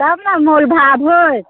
तब ने मोलभाव होयत